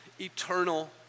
eternal